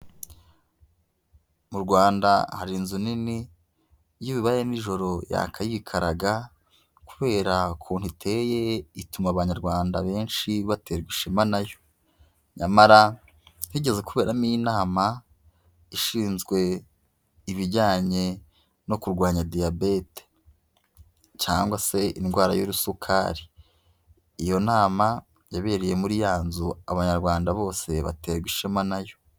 Mu Rwanda hari inzu nini, iyo bibaye nijoro yaka yikaraga, kubera ukuntu iteye ituma abanyarwanda benshi baterwa ishema na yo. Nyamara higeze kuberamo inama ishinzwe ibijyanye no kurwanya diyabete cyangwa se indwara y'urusukari. Iyo nama yabereye muri ya nzu abanyarwanda bose baterwa ishema na yo.